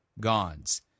gods